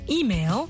email